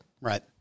Right